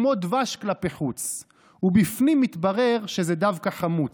כמו דבש כלפי חוץ / ובפנים מתברר שזה דווקא חמוץ.